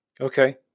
okay